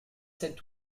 sept